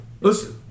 Listen